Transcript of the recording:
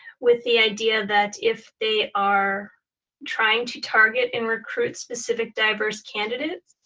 with the idea that if they are trying to target and recruit specific diverse candidates,